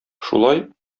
шулай